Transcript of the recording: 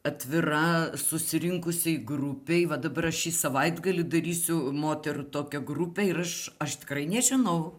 atvira susirinkusiai grupei va dabar aš šį savaitgalį darysiu moterų tokią grupę ir aš aš tikrai nežinau